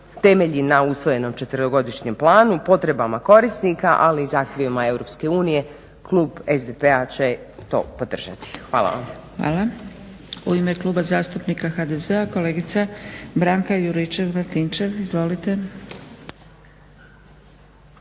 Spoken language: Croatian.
na usvojenom 4-godišnjem planu, potrebama korisnika ali i zahtjevima EU klub SDP-a će to podržati. Hvala vam. **Zgrebec, Dragica (SDP)** Hvala. U ime Kluba zastupnika HDZ-a kolegica Branka Juričev-Martinčev. Izvolite.